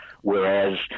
whereas